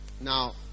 Now